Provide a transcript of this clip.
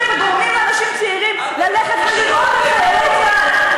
גורמים לאנשים צעירים ללכת ולירוק על חיילי צה"ל,